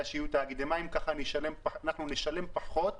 שיהיו תאגידי מים כי ככה אנחנו נשלם תעריף נמוך יותר